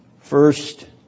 First